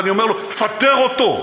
אני אומר לו: פטר אותו,